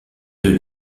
deux